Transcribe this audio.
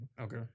Okay